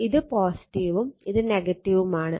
ഇത് ഉം ഇത് ഉം ആണ്